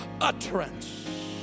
utterance